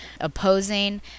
opposing